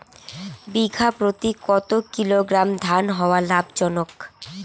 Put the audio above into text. বিঘা প্রতি কতো কিলোগ্রাম ধান হওয়া লাভজনক?